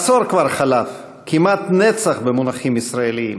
עשור כבר חלף, כמעט נצח במונחים ישראליים,